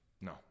No